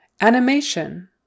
Animation